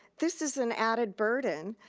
this is an added burden,